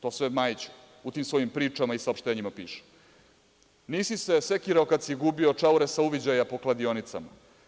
To sve Majić u tim svojim pričama i saopštenjima piše - Nisi se sekirao kada si gubio čaure sa uviđaja po kladionicama.